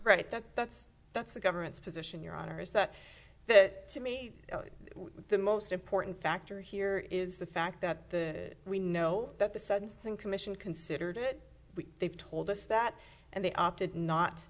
right that that's that's the government's position your honor is that that to me the most important factor here is the fact that the we know that the sun sets and commission considered it they've told us that and they opted not